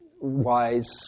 wise